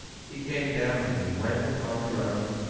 he came down, and, when upon the ground,